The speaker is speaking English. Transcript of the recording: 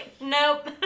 nope